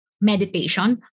meditation